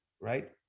Right